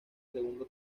segundo